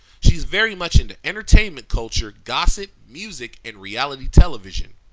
she's very much into entertainment culture, gossip, music, and reality television.